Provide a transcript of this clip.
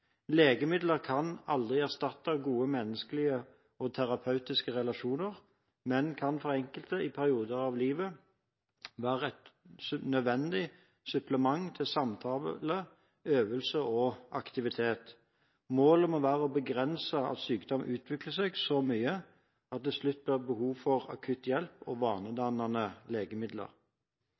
Legemidler kan aldri erstatte gode menneskelige og terapeutiske situasjoner, men kan for enkelte i perioder av livet være et nødvendig supplement til samtale, øvelse og aktivitet. Målet må være å begrense at sykdom utvikler seg så mye at det til slutt blir behov for akutt hjelp og vanedannende legemidler.